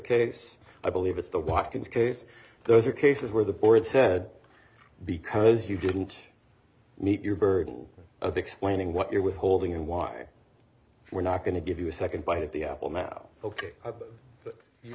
case i believe it's the watkins case those are cases where the board said because you didn't meet your burden of explaining what you're withholding and why we're not going to give you a second bite of the i well now ok but you